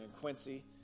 Quincy